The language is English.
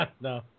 No